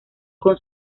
con